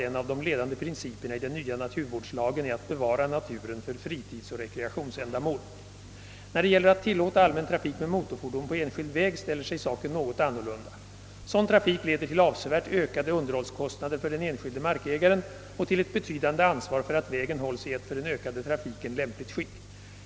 En av de ledande principerna i den nya naturvårdslagen är också att bevara naturen för fritidsoch rekreationsändamål. När det gäller att tillåta allmän trafik med motorfordon på enskild väg ställer sig saken något annorlunda. Sådan trafik leder till avsevärt ökade underhållskostnader för den enskilde markägaren och till ett betydande ansvar för att vägen hålls i ett för den ökade trafiken lämpligt skick.